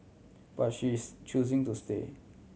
but she is choosing to stay